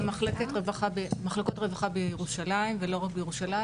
מחלקות רווחה בירושלים ולא רק בירושלים,